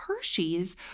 Hersheys